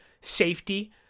safety